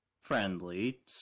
friendly